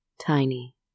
tiny